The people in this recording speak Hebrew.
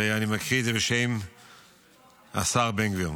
ואני מקריא את זה בשם השר בן גביר: